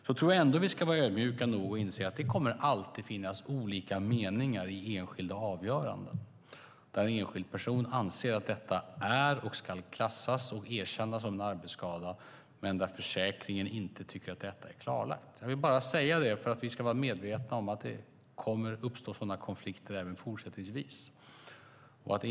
Jag tror ändå att vi ska vara ödmjuka och inse att det alltid kommer att finnas olika meningar i enskilda avgöranden, där en enskild person anser att en skada är, ska klassas och erkännas som en arbetsskada men där försäkringen inte tycker att det är klarlagt. Jag vill bara säga det för att vi ska vara medvetna om att det kommer att uppstå sådana konflikter även fortsättningsvis.